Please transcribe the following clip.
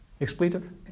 Expletive